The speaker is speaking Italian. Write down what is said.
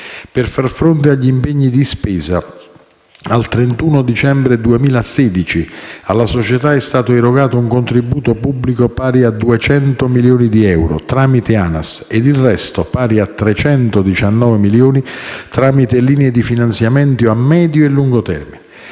Per far fronte agli impegni di spesa, al 31 dicembre 2016 alla società è stato erogato un contributo pubblico pari a 200 milioni di euro tramite ANAS e il resto, pari a 319 milioni, tramite linee di finanziamento a medio e lungo termine.